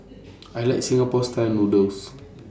I like Singapore Style Noodles